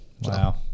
Wow